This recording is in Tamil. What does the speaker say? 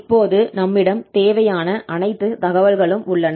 இப்போது நம்மிடம் தேவையான அனைத்து தகவல்களும் உள்ளன